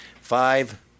Five